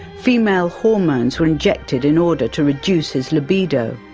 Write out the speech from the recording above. female hormones were injected in order to reduce his libido.